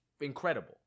incredible